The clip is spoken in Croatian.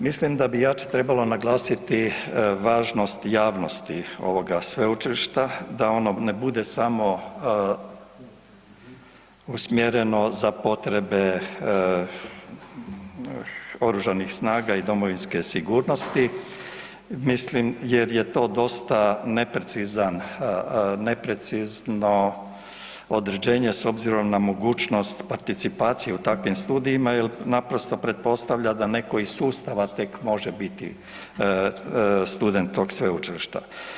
Mislim da bi jače trebalo naglasiti važnost javnosti ovoga sveučilišta, da ono ne bude samo usmjereno za potrebe oružanih snaga i domovinske sigurnosti, mislim, jer je to dosta neprecizan, neprecizno određenje s obzirom na mogućnost participacije u takvim studijima jel naprosto pretpostavlja da neko iz sustava tek može biti student tog sveučilišta.